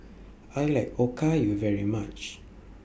I like Okayu very much